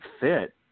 fit